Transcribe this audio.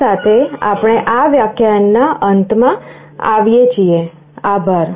આ સાથે આપણે આ વ્યાખ્યાનના અંતમાં આવીએ છીએ આભાર